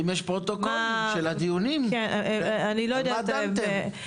ואם יש פרוטוקולים של הדיונים, על מה דנתם.